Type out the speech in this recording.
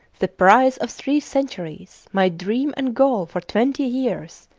the prize of three centuries! my dream and goal for twenty years.